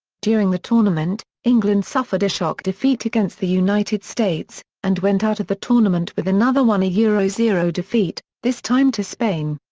during the tournament, england suffered a shock defeat against the united states, and went out of the tournament with another one yeah zero zero defeat, this time to spain.